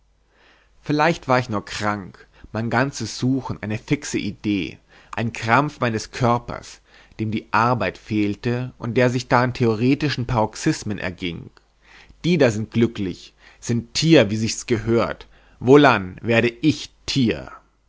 vielleicht war ich nur krank mein ganzes suchen eine fixe idee ein krampf meines körpers dem die arbeit fehlte und der sich da in theoretischen paroxismen erging die da sind glücklich sind tier wie's sich gehört wohlan werde ich tier